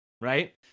right